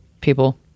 people